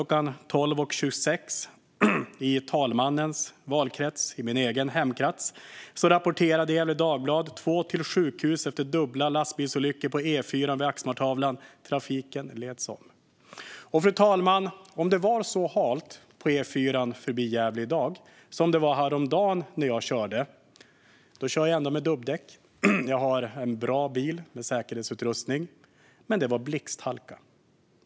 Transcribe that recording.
12.26 i förste vice talmannens valkrets och mitt eget hemlän rapporterade Gefle Dagblad om att två förts till sjukhus efter dubbla lastbilsolyckor på E4:an vid Axmartavlan och att trafiken leds om. Om det var så halt på E4:an förbi Gävle i dag som det var häromdagen då jag körde - jag kör ändå med dubbdäck och har en bra bil med säkerhetsutrustning - var det blixthalka.